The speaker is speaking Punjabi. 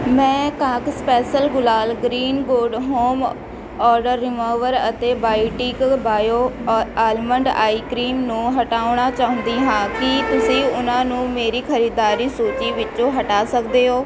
ਮੈਂ ਕਾਕ ਸਪੈਸਲ ਗੁਲਾਲ green good home odour remover ਅਤੇ ਬਾਈਟੀਕ ਬਾਇਓ ਅ ਆਲਮੰਡ ਆਈ ਕਰੀਮ ਨੂੰ ਹਟਾਉਣਾ ਚਾਹੁੰਦੀ ਹਾਂ ਕੀ ਤੁਸੀਂ ਉਨ੍ਹਾਂ ਨੂੰ ਮੇਰੀ ਖਰੀਦਦਾਰੀ ਸੂਚੀ ਵਿੱਚੋਂ ਹਟਾ ਸਕਦੇ ਹੋ